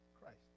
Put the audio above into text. Christ